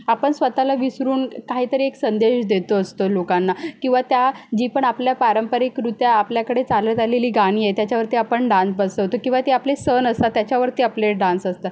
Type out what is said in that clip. आपण स्वतःला विसरून काहीतरी एक संदेश देतो असतो लोकांना किंवा त्या जी पण आपल्या पारंपारिकरित्या आपल्याकडे चालत आलेली गाणी आहेत त्याच्यावरती आपण डान्स बसवतो किंवा ते आपले सण असतात त्याच्यावरती आपले डान्स असतात